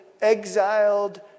exiled